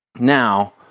Now